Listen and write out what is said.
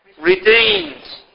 redeemed